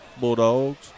Bulldogs